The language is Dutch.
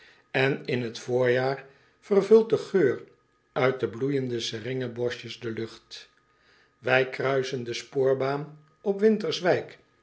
en in het voorjaar vervult de geur uit de bloeijende seringenboschjes de lucht wij kruisen de spoorbaan op winterswijk